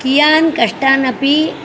कियान् कष्टानपि